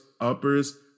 uppers